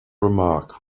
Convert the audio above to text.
remark